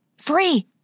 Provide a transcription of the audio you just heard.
Free